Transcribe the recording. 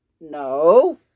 No